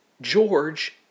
George